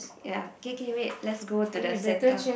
ya K K wait let's go to the center